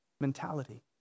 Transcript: mentality